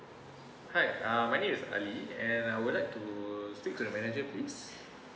hi uh my name is ali and I would like to speak to the manager please